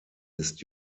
ist